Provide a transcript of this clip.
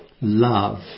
love